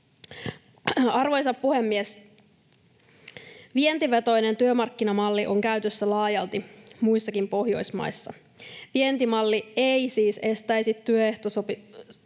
Arvoisa puhemies! Vientivetoinen työmarkkinamalli on käytössä laajalti muissakin Pohjoismaissa. Vientimalli ei siis estäisi työehto-osapuolia